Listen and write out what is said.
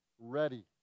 ready